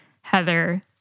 Heather